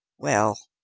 well,